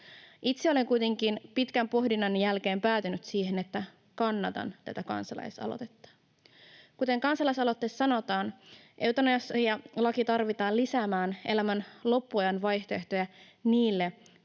Itse olen kuitenkin pitkän pohdinnan jälkeen päätynyt siihen, että kannatan tätä kansalaisaloitetta. Kuten kansalaisaloitteessa sanotaan, eutanasialaki tarvitaan lisäämään elämän loppuajan vaihtoehtoja niille